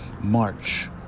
March